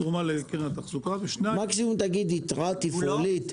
תרומה לקרן התחזוקה -- מקסימום תגיד "יתרה תפעולית".